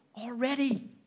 already